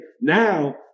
now